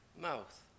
mouth